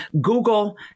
Google